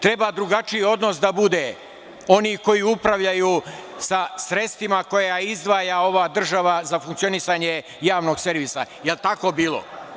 Treba drugačiji odnos da bude, oni koji upravljaju sa sredstvima koja izdvaja ova država za funkcionisanje javnog servisa, jel tako bilo?